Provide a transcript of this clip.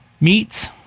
Meats